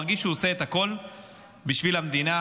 מרגיש שהוא עושה את הכול בשביל המדינה,